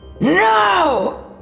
No